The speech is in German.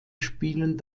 spielen